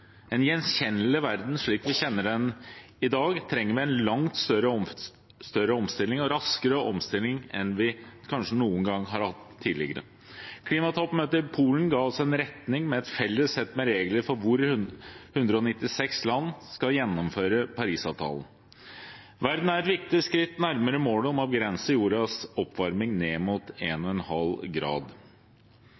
en gjenkjennelig verden, slik vi kjenner den i dag, trenger vi en langt større og raskere omstilling enn vi kanskje noen gang har hatt tidligere. Klimatoppmøtet i Polen ga oss en retning med et felles sett med regler for hvordan 196 land skal gjennomføre Parisavtalen. Verden er et viktig skritt nærmere målet om å begrense jordens oppvarming